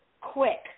quick